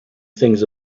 things